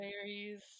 berries